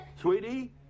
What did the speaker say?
Sweetie